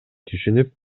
түшүнүп